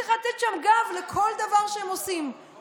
צריך לבוא וגם לשים את האצבע במקומות הנכונים.